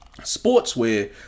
sportswear